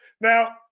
Now